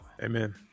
Amen